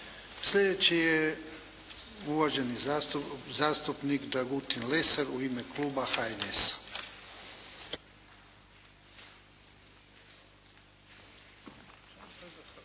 Slijedeći je uvaženi zastupnik Dragutin Lesar u ime kluba HNS-a.